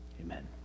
Amen